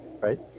right